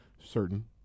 certain